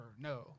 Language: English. No